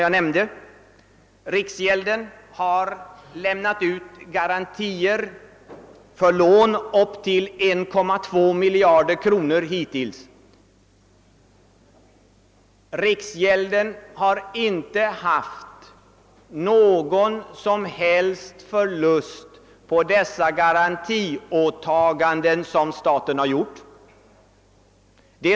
Riksgäldskontoret har hittills lämnat garantier för lån upp till 1,2 miljarder kronor och har inte haft någon som helst förlust på dessa statliga garantiåtaganden.